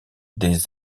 des